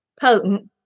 potent